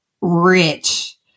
rich